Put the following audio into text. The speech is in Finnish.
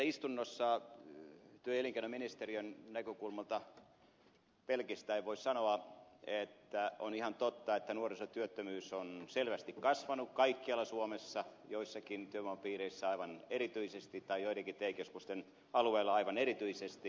työ ja elinkeinoministeriön näkökulmasta pelkistäen voisi sanoa että on ihan totta että nuorisotyöttömyys on selvästi kasvanut kaikkialla suomessa joissakin työvoimapiireissä tai joidenkin te keskusten alueella aivan erityisesti